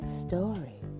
story